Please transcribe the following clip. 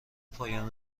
پایان